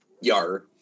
Yar